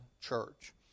Church